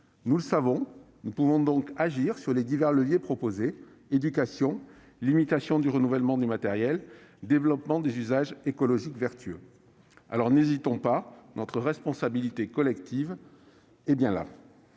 Nous le savons. Nous pouvons donc agir sur les divers leviers proposés : éducation, limitation du renouvellement du matériel, développement des usages écologiquement vertueux. Alors, n'hésitons pas ! Notre responsabilité collective est bien là.